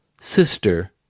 sister